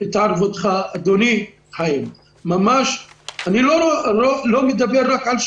אדוני חיים, אני לא מדבר רק על שפרעם,